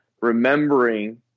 remembering